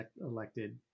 elected